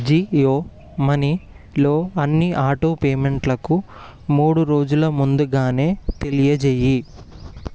జియో మనీలో అన్ని ఆటో పేమెంట్లకు మూడు రోజుల ముందుగానే తెలియజేయి